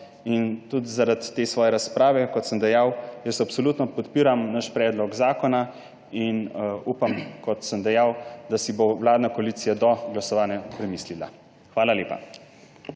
Tudi zaradi te svoje razprave, kot sem dejal, jaz absolutno podpiram naš predlog zakona, in upam, kot sem dejal, da si bo vladna koalicija do glasovanja premislila. Hvala lepa.